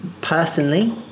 Personally